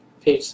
Peace